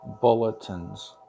bulletins